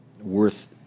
worth